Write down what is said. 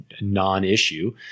non-issue